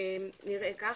נראה כך.